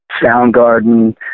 Soundgarden